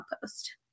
post